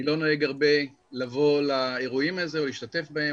אני לא נוהג הרבה לבוא לאירועים האלה או להשתתף בהם,